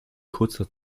kurzer